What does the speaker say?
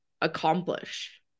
accomplish